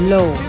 Low